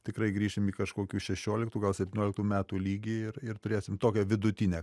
tikrai grįšim į kažkokių šešioliktų gal septynioliktų metų lygį ir ir turėsim tokią vidutinę